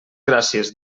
gràcies